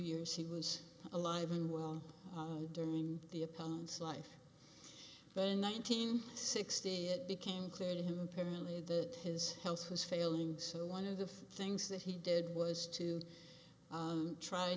years he was alive and well during the opponent's life but in nineteen sixty it became clear to him apparently the his health was failing so one of the things that he did was to